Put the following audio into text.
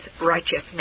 righteousness